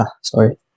sorry